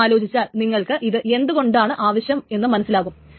കുറച്ച് അലോചിച്ചാൽ നിങ്ങൾക്ക് ഇത് എന്തുകൊണ്ടാണ് ആവശ്യം എന്നു മനസ്സിലാകും